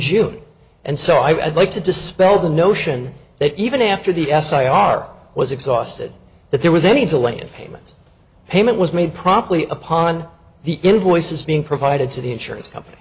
june and so i'd like to dispel the notion that even after the s l a are was exhausted that there was any delay and payment payment was made promptly upon the invoices being provided to the insurance company